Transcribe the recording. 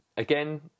Again